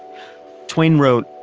twain wrote,